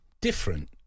different